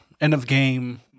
end-of-game